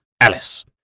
Alice